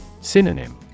Synonym